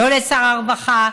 לא לשר הרווחה,